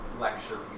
lecture